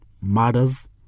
murders